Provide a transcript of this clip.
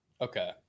okay